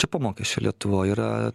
čia po mokesčių lietuvoj yra